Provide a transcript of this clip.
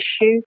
issue